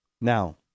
Now